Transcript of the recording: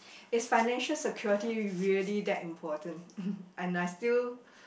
is financial security really that important and I still